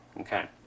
Okay